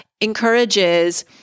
encourages